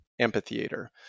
amphitheater